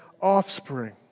offspring